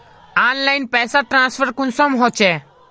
Online पैसा transfer कुंसम होचे?